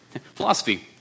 Philosophy